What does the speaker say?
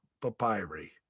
papyri